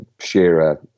share